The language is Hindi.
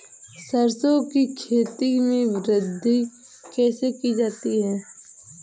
सरसो की खेती में वृद्धि कैसे की जाती है?